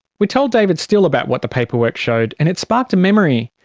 we told david steele about what the paperwork showed, and it sparked a memory.